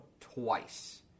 twice